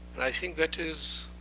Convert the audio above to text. and i think that is